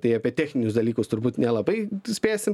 tai apie techninius dalykus turbūt nelabai spėsim